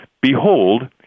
Behold